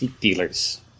dealers